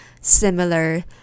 similar